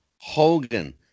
Hogan